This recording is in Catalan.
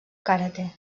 karate